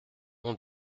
mon